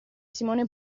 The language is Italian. simone